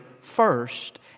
first